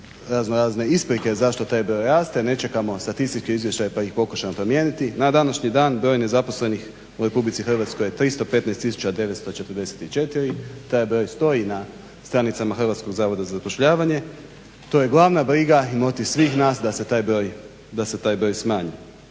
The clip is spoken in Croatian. raznorazne isprike zašto taj broj raste, ne čekamo statistički izvještaj pa ih pokušamo promijeniti. Na današnji dan broj nezaposlenih u Republici Hrvatskoj je 315944, taj broj stoji na stranicama Hrvatskog zavoda za zapošljavanje. To je glavna briga i motiv svih nas da se taj broj smanji.